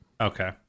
Okay